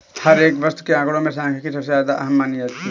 हर एक वस्तु के आंकडों में सांख्यिकी सबसे ज्यादा अहम मानी जाती है